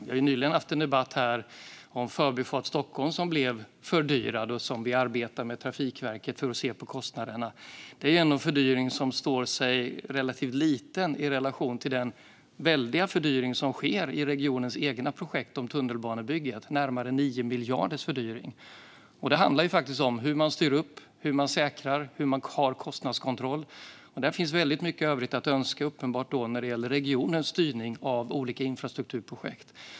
Vi har nyligen haft en debatt här om Förbifart Stockholm, som blev fördyrad och där vi arbetar med Trafikverket för att se på kostnaderna. Det är ändå en fördyring som ter sig relativt liten i relation till den väldiga fördyring som sker i regionens egna projekt för tunnelbanebygget - närmare 9 miljarders fördyring. Det handlar faktiskt om hur man styr upp och säkrar samt hur man har kostnadskontroll. Där finns uppenbarligen väldigt mycket övrigt att önska när det gäller regionens styrning av olika infrastrukturprojekt.